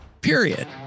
Period